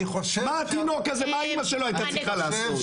מה התינוק הזה, מה אמא שלו היתה צריכה לעשות.